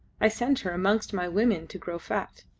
i sent her amongst my women to grow fat.